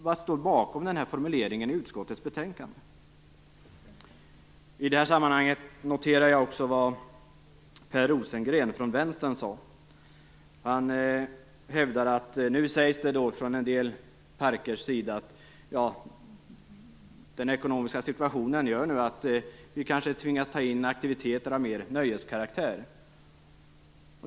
Vad står bakom formuleringen i utskottets betänkande? Jag noterade också vad Per Rosengren från Vänsterpartiet sade. Han sade att en del parker hävdade att den ekonomiska situationen gör att de kanske tvingas införa aktiviteter av mer nöjeskaraktär.